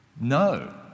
No